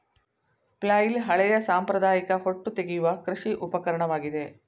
flail ಹಳೆಯ ಸಾಂಪ್ರದಾಯಿಕ ಹೊಟ್ಟು ತೆಗೆಯುವ ಕೃಷಿ ಉಪಕರಣವಾಗಿದೆ